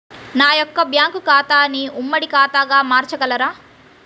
నా యొక్క బ్యాంకు ఖాతాని ఉమ్మడి ఖాతాగా మార్చగలరా?